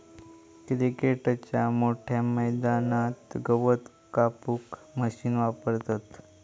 क्रिकेटच्या मोठ्या मैदानात गवत कापूक मशीन वापरतत